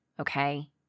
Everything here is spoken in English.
okay